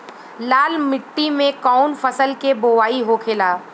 लाल मिट्टी में कौन फसल के बोवाई होखेला?